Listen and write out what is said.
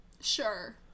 Sure